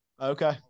Okay